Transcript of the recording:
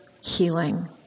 healing